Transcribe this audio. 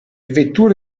vetture